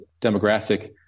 demographic